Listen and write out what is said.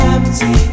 Empty